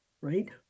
right